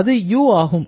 அது U ஆகும்